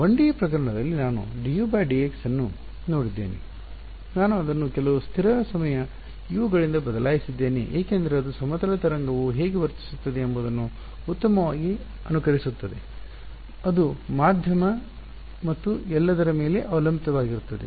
1D ಪ್ರಕರಣದಲ್ಲಿ ನಾನು dudx ಅನ್ನು ನೋಡಿದ್ದೇನೆ ನಾನು ಅದನ್ನು ಕೆಲವು ಸ್ಥಿರ ಸಮಯ u ಗಳಿಂದ ಬದಲಾಯಿಸಿದ್ದೇನೆ ಏಕೆಂದರೆ ಅದು ಸಮತಲ ತರಂಗವು ಹೇಗೆ ವರ್ತಿಸುತ್ತದೆ ಎಂಬುದನ್ನು ಉತ್ತಮವಾಗಿ ಅನುಕರಿಸುತ್ತದೆ ಅದು ಮಧ್ಯಮ ಮತ್ತು ಎಲ್ಲದರ ಮೇಲೆ ಅವಲಂಬಿತವಾಗಿರುತ್ತದೆ